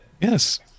Yes